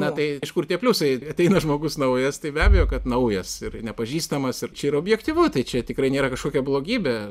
na tai iš kur tie pliusai ateina žmogus naujas tai be abejo kad naujas ir nepažįstamas ir čia yra objektyvu tai čia tikrai nėra kažkokia blogybė